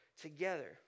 together